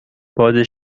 باد